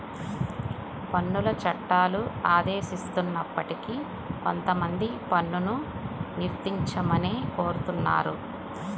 పన్నుల చట్టాలు ఆదేశిస్తున్నప్పటికీ కొంతమంది పన్నును నిరోధించమనే కోరుతున్నారు